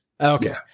Okay